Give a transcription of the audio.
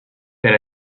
per